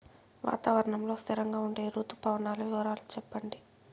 వాతావరణం లో స్థిరంగా ఉండే రుతు పవనాల వివరాలు చెప్పండి?